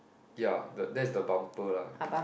ya the that is the bumper lah correct